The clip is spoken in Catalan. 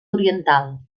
oriental